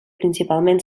principalment